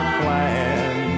plan